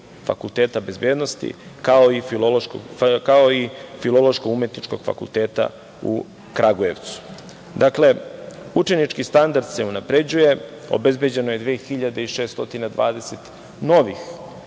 Fakulteta bezbednosti, kao i Filološko-umetničkog fakulteta u Kragujevcu. Dakle, učenički standard se unapređuje. Obezbeđeno je 2.620 novih